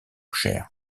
cher